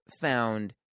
found